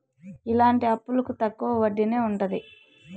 ఇలాంటి అప్పులకు తక్కువ వడ్డీనే ఉంటది